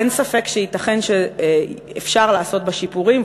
אין ספק שייתכן שאפשר לעשות בה שיפורים,